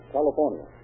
California